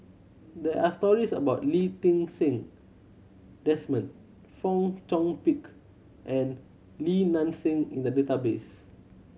there are stories about Lee Ti Seng Desmond Fong Chong Pik and Li Nanxing in the database